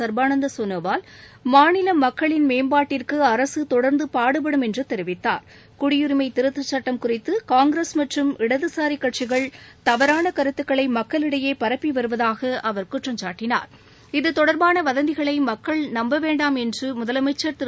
சர்பானந்த சோனாவால் மாநில மக்களின் மேம்பாட்டிற்கு அரசு தொடர்ந்து பாடுபடும் என்று தெரிவித்தார் குடியுரிமை திருத்தச் சட்டம் குறித்து காங்கிரஸ்மற்றும் இடதுசாரி கட்சிகள் தவறான கருத்துக்களை மக்களிடையே பரப்பி வருவதாக அவர் குற்றம் சாட்டினார் இது தொடர்பாள வதந்திகளை மக்கள் நம்ப வேண்டாம் என்று முதலமைச்சர் திரு